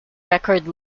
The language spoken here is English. record